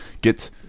get